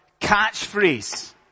catchphrase